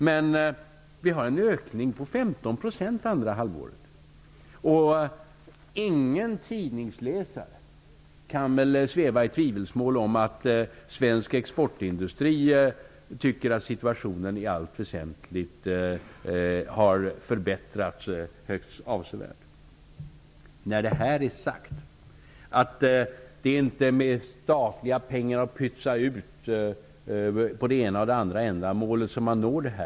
Men för andra halvåret kan vi notera en ökning med 15 %. Ingen tidningsläsare kan väl sväva i tvivelsmål om att svensk exportindustri tycker att situationen i allt väsentligt har förbättrats högst avsevärt. Det är inte genom att pytsa ut statliga pengar till det ena eller andra ändamålet som man uppnår detta mål.